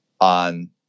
on